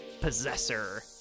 possessor